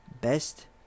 best